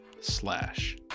slash